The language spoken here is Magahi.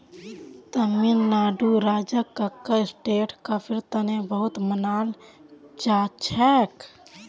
तमिलनाडुर राज कक्कर स्टेट कॉफीर तने बहुत मनाल जाछेक